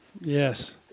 Yes